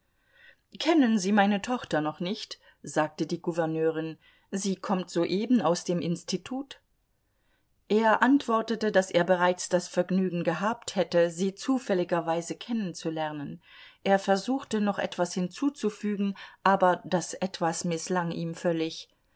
kennen sie meine tochter noch nicht sagte die gouverneurin sie kommt soeben aus dem institut er antwortete daß er bereits das vergnügen gehabt hätte sie zufälligerweise kennenzulernen er versuchte noch etwas hinzuzufügen aber das etwas mißlang ihm völlig